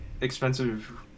expensive